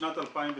בשנת 2017,